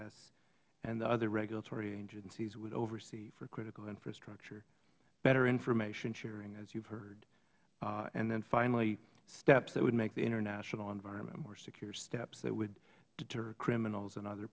dhs and the other regulatory agencies would oversee for critical infrastructure better information sharing as you have heard and finally steps that would make the international environment more secure steps that would deter criminals and other